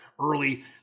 early